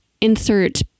insert